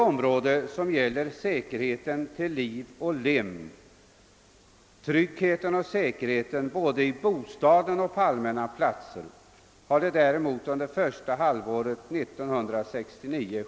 Vad gäller säkerheten till liv och lem och tryggheten både i bostaden och på allmänna platser har det däremot skett en betydande försämring under första halvåret 1969.